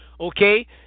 okay